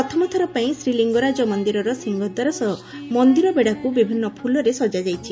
ପ୍ରଥମ ଥରପାଇଁ ଶ୍ରୀଲିଙ୍ଗରାଜ ମନ୍ଦିରର ସିଂହଦ୍ୱାର ସହ ମନ୍ଦିର ବେଢ଼ାକୁ ବିଭିନ୍ତ ଫୁଲରେ ସଜା ଯାଇଛି